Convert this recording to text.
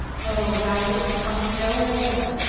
oh, thou wilt come no more,